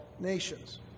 nations